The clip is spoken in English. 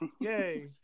Yay